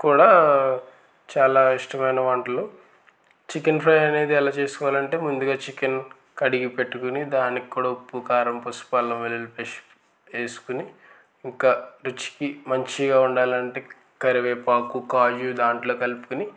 కూడా చాలా ఇష్టమైన వంటలు చికెన్ ఫ్రై అనేది ఎలా చేసుకోవాలి అంటే ముందుగా చికెన్ కడిగి పెట్టుకుని దానికి కూడా ఉప్పు కారం పసుపు అల్లం వెల్లుల్లి పేస్ట్ వేసుకుని ఇంకా రుచికి మంచిగా ఉండాలంటే కరివేపాకు కాజు దాంట్లో కలుపుకుని